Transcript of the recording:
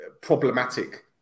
problematic